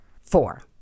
Four